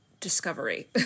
Discovery